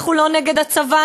אנחנו לא נגד הצבא,